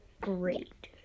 great